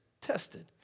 tested